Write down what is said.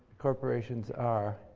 corporations are.